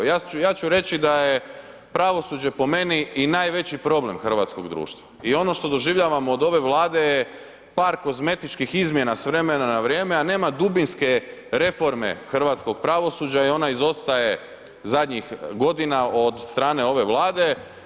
Ja ću reći da je pravosuđe po meni i najveći problem hrvatskog društva i ono što doživljavamo od ove vlade je, par kozmetičkih izmjena s vremena na vrijeme a nema dubinske reforme hrvatskog pravosuđa i ona izostaje zadnjih godina od strane ove Vlade.